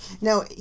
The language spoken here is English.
Now